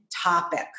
topic